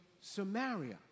Samaria